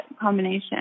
combination